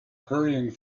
hurrying